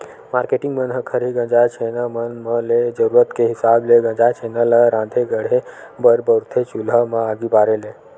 marketing मन ह खरही गंजाय छैना मन म ले जरुरत के हिसाब ले गंजाय छेना ल राँधे गढ़हे बर बउरथे चूल्हा म आगी बारे ले